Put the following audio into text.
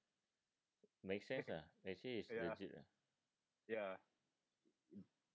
make sense lah I'd say it's legit lah